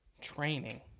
training